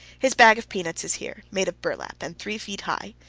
his bag of peanuts is here, made of burlap and three feet high.